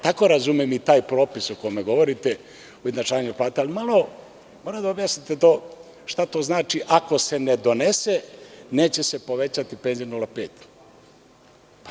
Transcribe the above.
Tako razumem i taj propis o kome govorite, o ujednačavanju plata, ali morate da objasnite šta znači to ako se ne donese neće se povećati penzije 0,5?